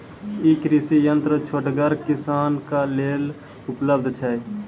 ई कृषि यंत्र छोटगर किसानक लेल उपलव्ध छै?